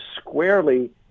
squarely